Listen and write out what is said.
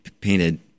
painted